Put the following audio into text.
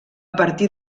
partir